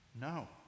No